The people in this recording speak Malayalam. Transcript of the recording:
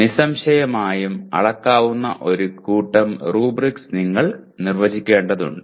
നിസ്സംശയമായും അളക്കാവുന്ന ഒരു കൂട്ടം റൂബ്രിക്സ് നിങ്ങൾ നിർവ്വചിക്കേണ്ടതുണ്ട്